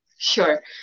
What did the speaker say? sure